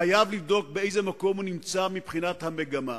חייב לבדוק באיזה מקום הוא נמצא מבחינת המגמה,